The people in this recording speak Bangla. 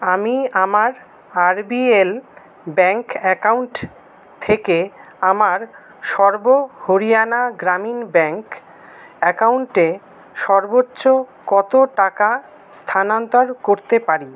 আমি আমার আরবিএল ব্যাঙ্ক অ্যাকাউন্ট থেকে আমার সর্ব হরিয়ানা গ্রামীণ ব্যাঙ্ক অ্যাকাউন্টে সর্বোচ্চ কত টাকা স্থানান্তর করতে পারি